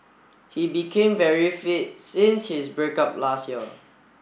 he became very fit since his break up last year